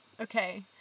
Okay